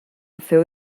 féu